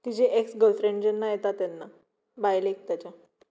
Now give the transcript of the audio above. ताजें ex girlfriend जेन्ना येता तेन्ना बायलेक ताज्या